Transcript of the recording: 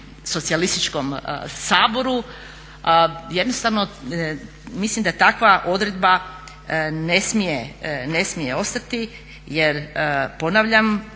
socijalističkom Saboru. Jednostavno mislim da takva odredba ne smije ostati jer ponavljam